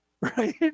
Right